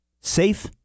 safe